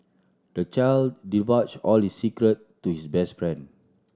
the child divulged all his secret to his best friend